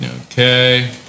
okay